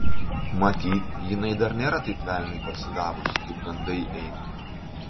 matyt jinai dar nėra taip velniui parsidavusi kaip gandai eina